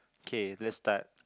K let's start